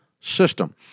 system